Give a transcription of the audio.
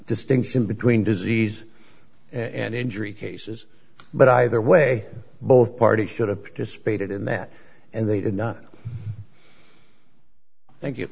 distinction between disease and injury cases but either way both parties should have participated in that and they did not